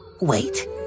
Wait